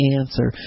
answer